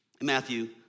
Matthew